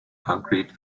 concrete